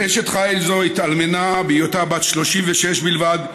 אשת חיל זו התאלמנה בהיותה בת 36 בלבד.